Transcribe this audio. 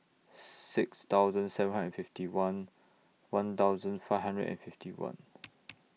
six thousand seven hundred and fifty one one thousand five hundred and fifty one